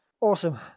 Awesome